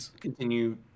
continue